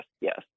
yes